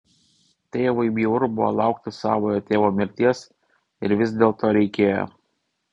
tėvui bjauru buvo laukti savojo tėvo mirties ir vis dėlto reikėjo